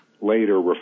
later